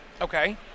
Okay